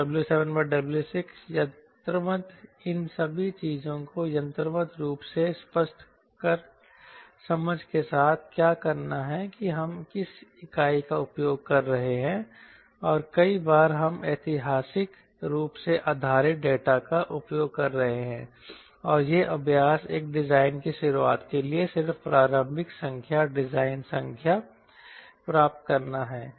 तो W7W6 यंत्रवत् इन सभी चीजों को यंत्रवत् रूप से स्पष्ट कट समझ के साथ क्या करना है कि हम किस इकाई का उपयोग कर रहे हैं और कई बार हम ऐतिहासिक रूप से आधारित डेटा का उपयोग कर रहे हैं और यह अभ्यास एक डिजाइन की शुरुआत के लिए सिर्फ प्रारंभिक संख्या डिजाइन संख्या प्राप्त करना है